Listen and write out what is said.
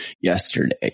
yesterday